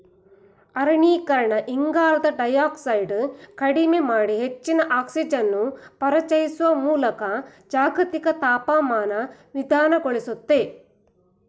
ಅರಣ್ಯೀಕರಣ ಇಂಗಾಲದ ಡೈಯಾಕ್ಸೈಡ್ ಕಡಿಮೆ ಮಾಡಿ ಹೆಚ್ಚಿನ ಆಕ್ಸಿಜನನ್ನು ಪರಿಚಯಿಸುವ ಮೂಲಕ ಜಾಗತಿಕ ತಾಪಮಾನ ನಿಧಾನಗೊಳಿಸ್ತದೆ